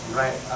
right